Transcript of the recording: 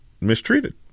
mistreated